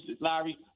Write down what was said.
Larry